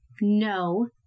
No